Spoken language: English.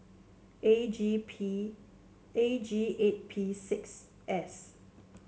A G P A G eight P six S